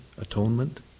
atonement